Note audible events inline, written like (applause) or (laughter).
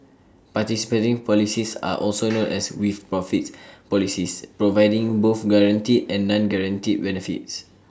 participating policies are also (noise) known as 'with profits' policies providing both guaranteed and non guaranteed benefits